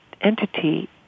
entity